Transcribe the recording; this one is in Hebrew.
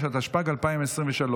התשפ"ג 2023,